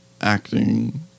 acting